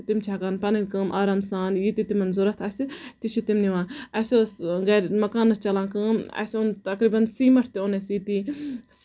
تہٕ تِم چھِ ہٮ۪کان پَنٕنۍ کٲم آرام سان یہِ تہِ تِمَن ضوٚرتھ آسہِ تہِ چھِ تِم نِوان اَسہِ اوس گرِ مَکانَس چَلان کٲم اَسہِ اوٚن تَقریٖبَن سیٖمَٹھ تہِ اوٚن اَسہِ ییٚتی